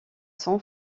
son